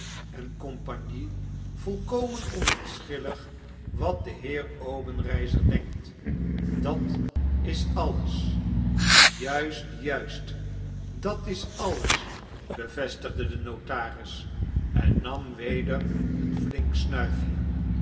en compagnie volkomen onverschillig wat de heer obenreizer denkt dat is alles juist juist dat is alles bevestigde de notaris en nam weder een flink snuifje